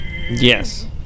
Yes